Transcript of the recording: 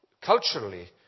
culturally